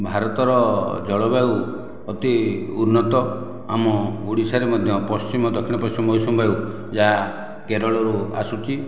ଭାରତର ଜଳବାୟୁ ଅତି ଉନ୍ନତ ଆମ ଓଡ଼ିଶାରେ ମଧ୍ୟ ପଶ୍ଚିମ ଦକ୍ଷିଣ ପଶ୍ଚିମ ମୌସୁମୀ ବାୟୁ ଯାହା କେରଳରୁ ଆସୁଛି